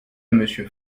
monsieur